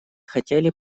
хотели